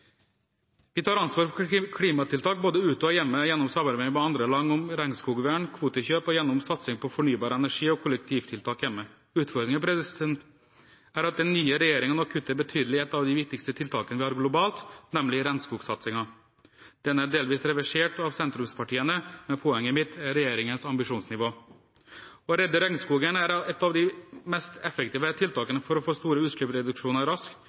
Vi tar ansvar for klimatiltak både ute og hjemme gjennom samarbeid med andre land om regnskogvern, kvotekjøp og gjennom satsing på fornybar energi og kollektivtiltak hjemme. Utfordringen er at den nye regjeringen nå kutter betydelig i et av de viktigste tiltakene vi har globalt, nemlig regnskogssatsingen. Den er delvis reversert av sentrumspartiene. Men poenget mitt er regjeringens ambisjonsnivå. Å redde regnskogen er et av de mest effektive tiltakene for å få store utslippsreduksjoner raskt.